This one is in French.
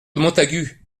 montagu